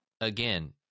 Again